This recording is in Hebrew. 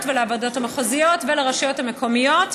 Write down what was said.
ולוועדות המחוזיות ולרשויות המקומיות.